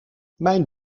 mijn